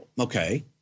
Okay